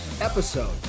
episode